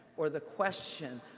or the question,